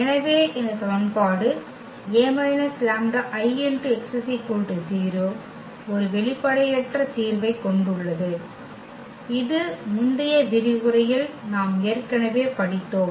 எனவே இந்த சமன்பாடு A − λIx 0 ஒரு வெளிப்படையற்ற தீர்வைக் கொண்டுள்ளது இது முந்தைய விரிவுரையில் நாம் ஏற்கனவே படித்தோம்